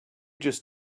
just